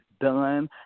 done